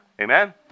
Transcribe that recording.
Amen